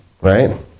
right